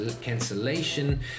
cancellation